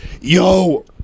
yo